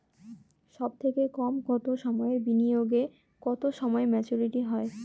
সবথেকে কম কতো সময়ের বিনিয়োগে কতো সময়ে মেচুরিটি হয়?